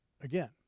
again